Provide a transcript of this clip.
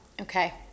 Okay